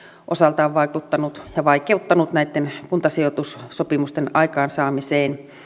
osaltaan vaikuttanut ja vaikeuttanut näitten kuntasijoitussopimusten aikaansaamista